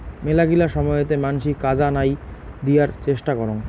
মেলাগিলা সময়তে মানসি কাজা নাই দিয়ার চেষ্টা করং